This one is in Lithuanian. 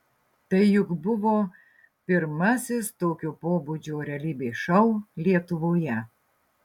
tai juk buvo pirmasis tokio pobūdžio realybės šou lietuvoje